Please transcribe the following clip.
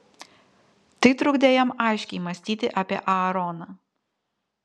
tai trukdė jam aiškiai mąstyti apie aaroną